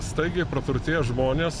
staigiai praturtėję žmonės